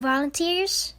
volunteers